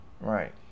Right